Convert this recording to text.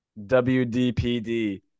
WDPD